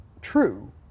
true